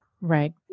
Right